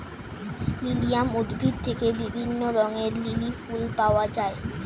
lilium উদ্ভিদ থেকে বিভিন্ন রঙের লিলি ফুল পাওয়া যায়